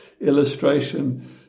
illustration